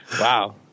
wow